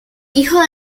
hijo